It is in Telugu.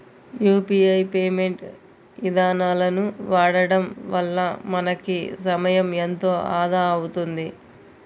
యూపీఐ పేమెంట్ ఇదానాలను వాడడం వల్ల మనకి సమయం ఎంతో ఆదా అవుతుంది